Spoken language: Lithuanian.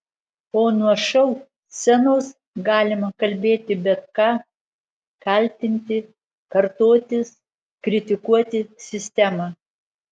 o nuo šou scenos galima kalbėti bet ką kaltinti kartotis kritikuoti sistemą